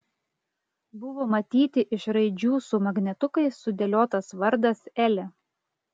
buvo matyti iš raidžių su magnetukais sudėliotas vardas elė